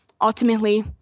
ultimately